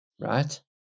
right